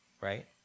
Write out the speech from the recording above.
Right